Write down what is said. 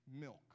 milk